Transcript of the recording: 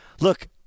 Look